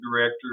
director